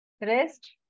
rest